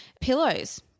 pillows